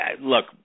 look